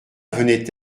venait